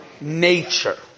nature